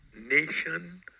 nation